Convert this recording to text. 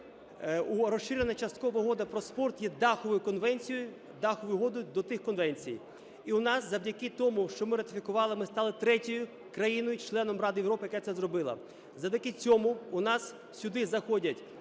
Розширена часткова угода про спорт є даховою конвенцією… даховою угодою до тих конвенцій. І в нас завдяки тому, що ми ратифікували, ми стали третьою країною-членом Ради Європи, яка це зробила. Завдяки цьому у нас сюди заходять: